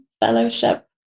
Fellowship